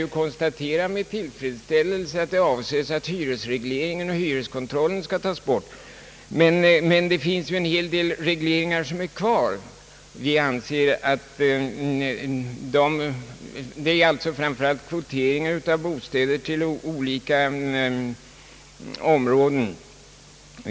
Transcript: Vi kan med tillfredsställelse konstatera, att avsikten är att hyresregleringen och hyreskontrollen skall tas bort, men det finns ju en hel del andra regleringar kvar, framför allt kvoteringar av bostäder till olika områden.